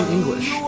English